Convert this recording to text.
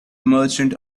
merchant